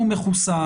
הוא מחוסן,